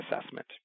assessment